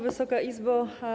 Wysoka Izbo!